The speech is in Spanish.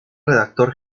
redactor